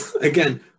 again